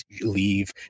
leave